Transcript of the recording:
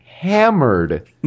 hammered